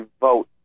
vote